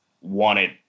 wanted